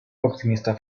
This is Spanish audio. optimista